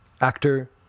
Actor